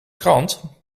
krant